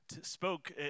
spoke